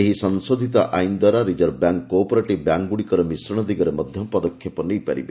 ଏହି ସଂଶୋଧିତ ଆଇନ ଦ୍ୱାରା ରିଜର୍ଭବ୍ୟାଙ୍କ କୋଅପରେଟିଭ୍ ବ୍ୟାଙ୍କଗୁଡ଼ିକର ମିଶ୍ରଣ ଦିଗରେ ମଧ୍ୟ ପଦକ୍ଷେପ ନେଇପାରିବ